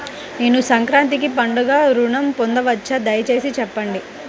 నేను సంక్రాంతికి పండుగ ఋణం పొందవచ్చా? దయచేసి చెప్పండి?